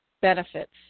benefits